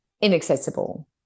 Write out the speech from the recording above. inaccessible